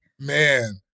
Man